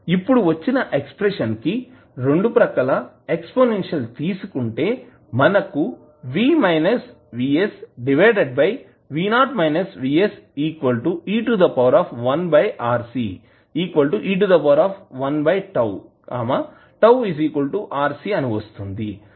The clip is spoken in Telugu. ఇప్పుడు వచ్చిన ఎక్స్ప్రెషన్ కి రెండు పక్కల ఎక్స్పోనెన్షియల్ తీసుకుంటే మనకు వస్తుంది